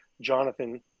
Jonathan